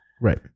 Right